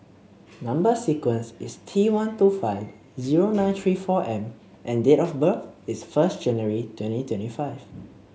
number sequence is T one two five zero nine three four M and date of birth is first January twenty twenty five